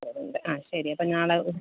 അരവിന്ദ് ആ ശരി അപ്പം നാളെ ഒരു